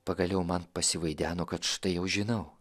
pagaliau man pasivaideno kad štai jau žinau